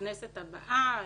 הכנסת הבאה.